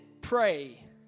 pray